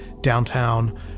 downtown